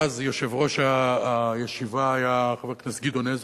אז יושב-ראש הישיבה היה חבר הכנסת גדעון עזרא,